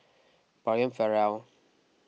Brian Farrell